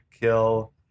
kill